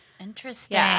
Interesting